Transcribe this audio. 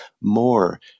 more